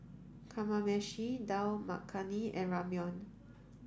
Kamameshi Dal Makhani and Ramyeon